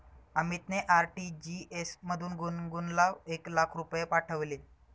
अमितने आर.टी.जी.एस मधून गुणगुनला एक लाख रुपये पाठविले